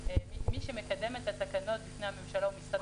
מי שמקדם את התקנות בפני הממשלה הוא משרד הבריאות.